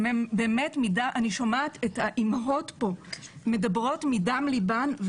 אני שומעת את האימהות פה מדברות מדם ליבן.